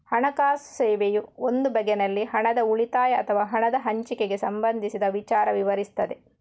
ಹಣಕಾಸು ಸೇವೆಯು ಒಂದು ಬಗೆನಲ್ಲಿ ಹಣದ ಉಳಿತಾಯ ಅಥವಾ ಹಣದ ಹಂಚಿಕೆಗೆ ಸಂಬಂಧಿಸಿದ ವಿಚಾರ ವಿವರಿಸ್ತದೆ